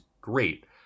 great